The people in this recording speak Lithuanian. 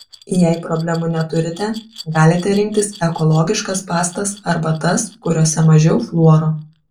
jei problemų neturite galite rinktis ekologiškas pastas arba tas kuriose mažiau fluoro